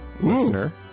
listener